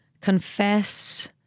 confess